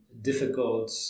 difficult